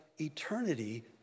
eternity